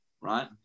right